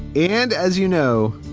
and as you know,